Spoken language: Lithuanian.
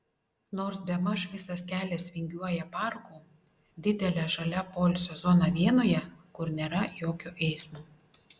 nors bemaž visas kelias vingiuoja parku didele žalia poilsio zona vienoje kur nėra jokio eismo